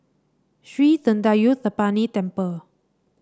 Sri Thendayuthapani Temple